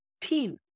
team